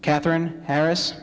katherine harris